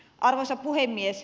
arvoisa puhemies